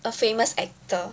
a famous actor